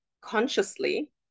consciously